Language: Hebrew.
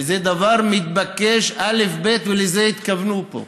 וזה דבר מתבקש, אלף-בית, ולזה התכוונו פה.